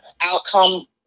outcome